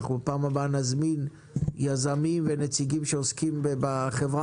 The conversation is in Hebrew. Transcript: בפעם הבאה נזמין יזמים ונציגים שעוסקים בחברה